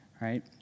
right